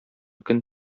көн